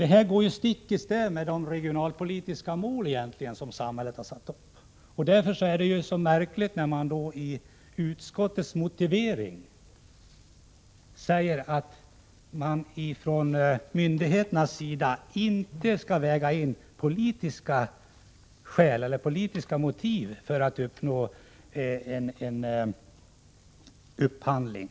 Detta går stick i stäv med de regionalpolitiska mål som samhället har satt upp, och därför är det märkligt när man i utskottets motivering säger att myndigheterna inte skall väga in politiska motiv för att uppnå en upphandling.